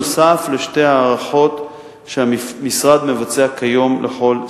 נוסף על שתי ההערכות שהמשרד מבצע כיום לכל ספר.